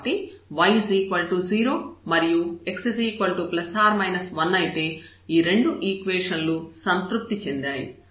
కాబట్టి y 0 మరియు x ± 1 అయితే ఈ రెండు ఈక్వేషన్ లు సంతృప్తి చెందాయి